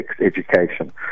education